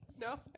No